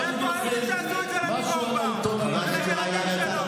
לא שמעתי אותך אומר מילה על,